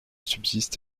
subsiste